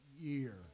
year